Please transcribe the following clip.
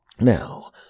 now